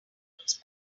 courts